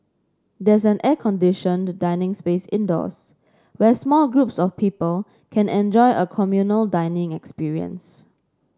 there's an air conditioned dining space indoors where small groups of people can enjoy a communal dining experience